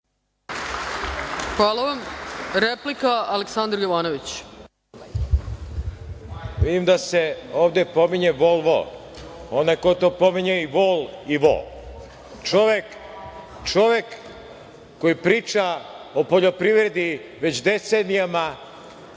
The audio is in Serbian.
replika. Izvolite. **Aleksandar Jovanović** Vidim da se ovde pominje Volvo. Onaj koji to pominje i vol i vo, čovek koji priča o poljoprivredi već decenijama,